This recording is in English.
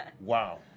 Wow